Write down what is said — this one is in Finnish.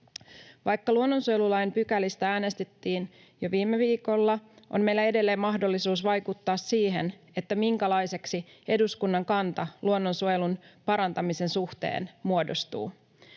Vaikka luonnonsuojelulain pykälistä äänestettiin jo viime viikolla, on meillä edelleen mahdollisuus vaikuttaa siihen, minkälaiseksi eduskunnan kanta luonnonsuojelun parantamisen suhteen muodostuu.